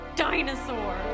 dinosaur